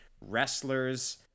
wrestlers